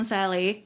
Sally 。